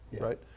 right